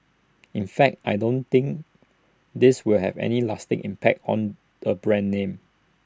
in fact I don't think this will have any lasting impact on the brand name